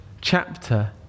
chapter